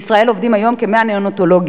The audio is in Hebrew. בישראל עובדים היום כ-100 נאונטולוגים.